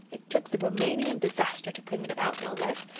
it took the rumanian disaster to bring it about, no less,